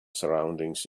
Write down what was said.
surroundings